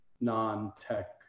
non-tech